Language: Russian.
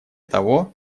того